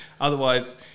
Otherwise